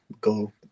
Go